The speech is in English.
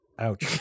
ouch